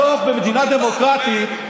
בסוף, במדינה דמוקרטית, המהפך.